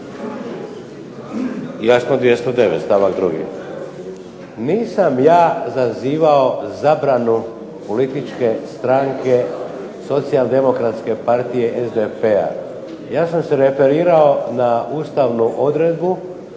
Jasno 209., stavak 2. - nisam ja zazivao zabranu političke stranke Socijaldemokratske partije SDP-a. Ja sam se referirao na ustavnu odredbu